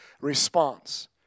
response